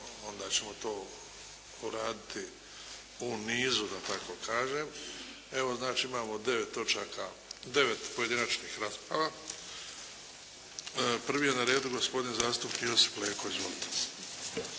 onda ćemo to uraditi u nizu da tako kažem. Evo, znači imamo devet pojedinačnih rasprava. Prvi je na redu gospodin zastupnik Josip Leko. Izvolite.